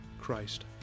Christ